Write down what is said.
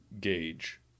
gauge